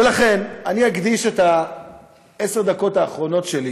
ולכן, אני אקדיש את עשר הדקות האחרונות שלי